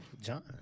John